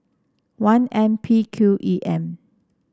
one N P Q E M